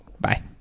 Bye